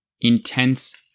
intense